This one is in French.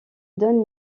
donne